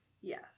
Yes